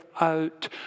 out